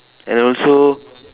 and also